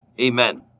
Amen